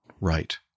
right